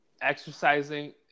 exercising